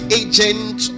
agent